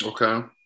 Okay